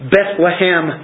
Bethlehem